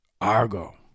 Argo